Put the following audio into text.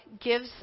gives